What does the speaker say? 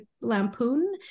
Lampoon